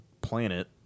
planet